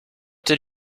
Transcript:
did